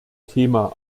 thema